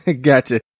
Gotcha